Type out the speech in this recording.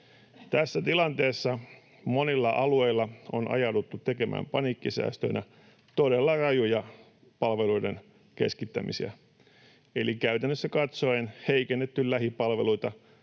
Tässä tilanteessa monilla alueilla on ajauduttu tekemään paniikkisäästöinä todella rajuja palveluiden keskittämisiä eli käytännössä katsoen heikennetty lähipalveluita